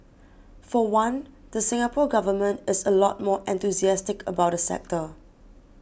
for one the Singapore Government is a lot more enthusiastic about the sector